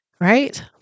Right